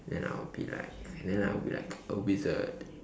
and I will be like then I will be like a wizard